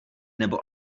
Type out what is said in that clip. nebo